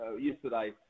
yesterday